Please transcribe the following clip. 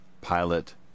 pilot